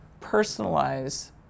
personalize